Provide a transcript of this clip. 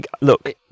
look